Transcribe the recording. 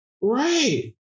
Right